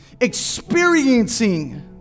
experiencing